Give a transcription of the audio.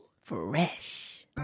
Fresh